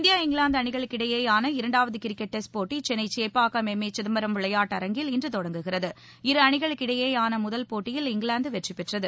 India England அணிகளுக்கிடையேயாள இரண்டாவது cricket test போட்டி சென்னை சேப்பாக்கம் எம் ஏ சிதம்பரம் விளையாட்டரங்கில் இன்று தொடங்குகிறது இரு அணிகளுக்கிடையேயான முதல் போட்டியில் இங்கிலாந்து வெற்றிபெற்றது